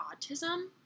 autism